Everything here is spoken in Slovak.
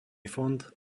fond